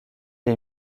est